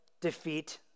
defeat